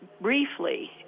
briefly